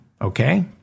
okay